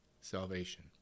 salvation